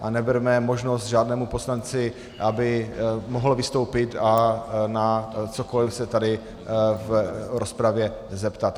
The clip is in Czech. A neberme možnost žádnému poslanci, aby mohl vystoupit a na cokoli se tady v rozpravě zeptat.